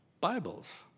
Bibles